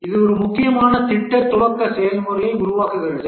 இது ஒரு முக்கியமான திட்ட துவக்க செயல்முறையை உருவாக்குகிறது